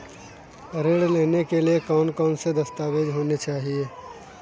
ऋण लेने के लिए कौन कौन से दस्तावेज होने चाहिए?